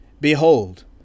Behold